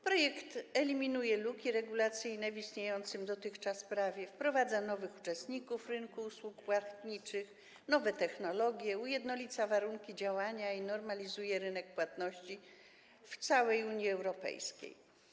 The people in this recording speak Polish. Projekt eliminuje luki regulacyjne w dotychczas istniejącym prawie, wprowadza nowych uczestników rynku usług płatniczych, nowe technologie, ujednolica warunki działania i normalizuje rynek płatności w całej Unii Europejskiej.